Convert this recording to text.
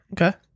okay